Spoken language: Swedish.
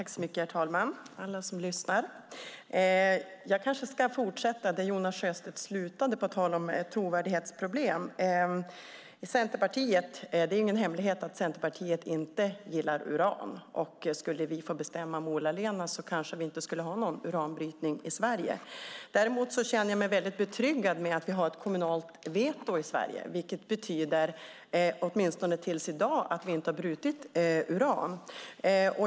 Herr talman! Jag kanske ska fortsätta där Jonas Sjöstedt slutade. Han talade om ett trovärdighetsproblem. Det är ingen hemlighet att Centerpartiet inte gillar uran. Skulle vi få bestämma mol allena skulle vi kanske inte ha någon uranbrytning i Sverige. Däremot känner jag mig mycket trygg med att vi har ett kommunalt veto i Sverige, vilket betyder, åtminstone tills i dag, att vi inte har brutit uran.